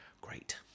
great